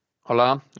Hola